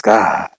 God